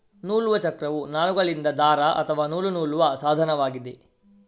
ನೂಲುವ ಚಕ್ರವು ನಾರುಗಳಿಂದ ದಾರ ಅಥವಾ ನೂಲು ನೂಲುವ ಸಾಧನವಾಗಿದೆ